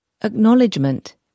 Acknowledgement